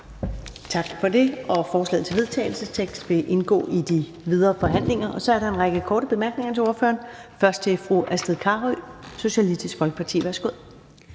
Tak for det. Forslaget til vedtagelse vil indgå i de videre forhandlinger. Så er der en række korte bemærkninger til ordføreren. Først er det fru Astrid Carøe, Socialistisk Folkeparti. Værsgo.